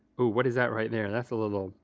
what is that right there? that's a little